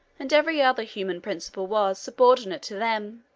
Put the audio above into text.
and every other human principle was subordinate to them.